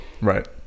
Right